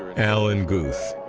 alan guth.